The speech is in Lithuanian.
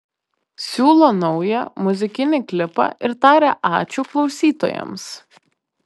siūlo naują muzikinį klipą ir taria ačiū klausytojams